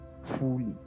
fully